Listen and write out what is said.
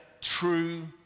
true